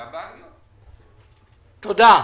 גם משרד החינוך, גם משרד האוצר.